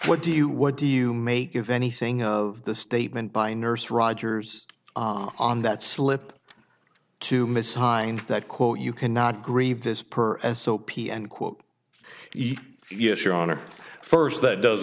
what do you what do you make if anything of the statement by nurse rogers on that slip to mrs heinz that quote you cannot grieve this per and so p end quote yes your honor first that does